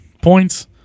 Points